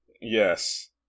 Yes